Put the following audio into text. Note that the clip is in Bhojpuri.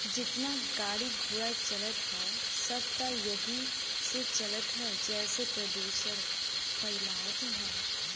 जेतना गाड़ी घोड़ा चलत हौ सब त एही से चलत हउवे जेसे प्रदुषण फइलत हौ